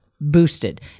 boosted